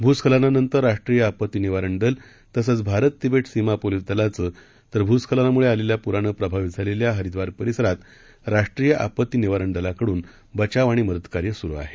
भूरुखलनानंतरराष्ट्रीयआपत्तीनिवारणदल तसंचभारततिबे सीमापोलीसदलाचं तरभुस्खलनामुळेआलेल्यापुरानंप्रभावितझालेल्याहरिद्वारपरिसरात राष्ट्रीयआपत्तीनिवारणदलाकडूनबचावआणिमदतकार्यसुरुआहे